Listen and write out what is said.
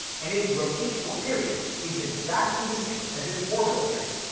and its rotational period is exactly the same as its orbital period,